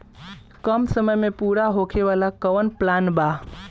कम समय में पूरा होखे वाला कवन प्लान बा?